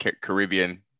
Caribbean